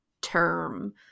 term